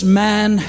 man